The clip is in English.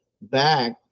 back